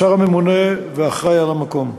השר הממונה והאחראי למקום.